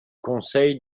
conseil